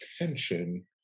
attention